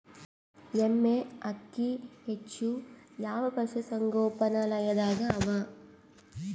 ಎಮ್ಮೆ ಅಕ್ಕಿ ಹೆಚ್ಚು ಯಾವ ಪಶುಸಂಗೋಪನಾಲಯದಾಗ ಅವಾ?